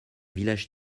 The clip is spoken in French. village